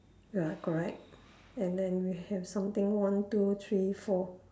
ya correct and then we have something one two three four